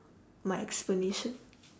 my explanation